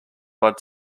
bud